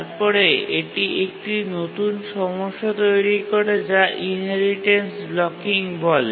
তারপরে এটি একটি নতুন সমস্যা তৈরি করে যা ইনহেরিটেন্স ব্লকিং বলে